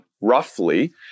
roughly